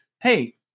hey